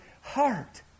heart